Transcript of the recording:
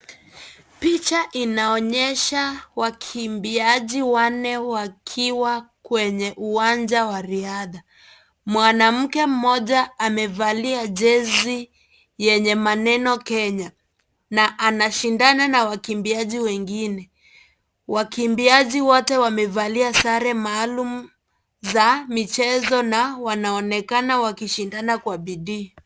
Picha inaonyesha wakimbiaji wanne wakiwa kwenye uwanja wa riadha. Mwanamke mmoja amevalia jezi yenye maneno "Kenya". Na anashindana na wakimbiaji wengine. Wakimbiaji wote wamevalia sare maalum za michezo na wanaonekana wakishindana kwa bidii.